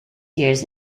years